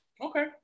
okay